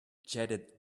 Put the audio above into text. jetted